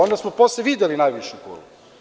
Onda smo posle videli onu najvišu kulu.